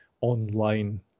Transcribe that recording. online